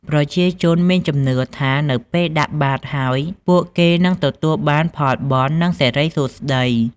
ប្រជាជនមានជំនឿថានៅពេលដាក់បាតហើយ ពួកគេនឹងទទួលបានផលបុណ្យ និងសិរីសួស្ដី។